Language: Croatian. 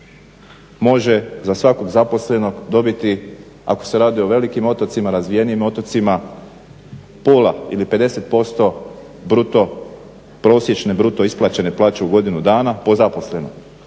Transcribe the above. može za svakog zaposlenog dobiti ako se radi o velikim otocima, razvijenijim otocima pola ili 50% prosječne bruto isplaćene plaće u godinu dana po zaposlenom.